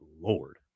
Lord